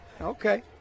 Okay